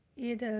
it